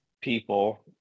people